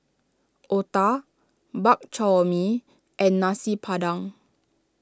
Otah Bak Chor Mee and Nasi Padang